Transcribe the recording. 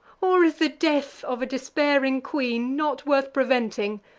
or is the death of a despairing queen not worth preventing,